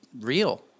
real